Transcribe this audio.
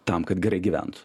tam kad gerai gyvent